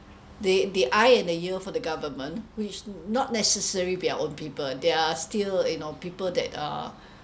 the the eye and the ear for the government which not necessary their own people they are still you know people that uh oppose uh